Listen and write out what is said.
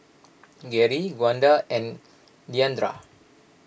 Gwenda and Diandra